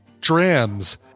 drams